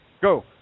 Go